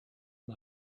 and